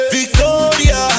Victoria